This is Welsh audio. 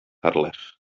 harlech